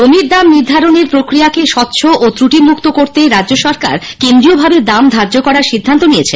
জমির দাম নির্ধারণের প্রক্রিয়াকে স্বচ্ছ ও ক্রটি মুক্ত করতে রাজ্য সরকার কেন্দ্রীয়ভাবে দাম ধার্য করার সিদ্ধান্ত নিয়েছে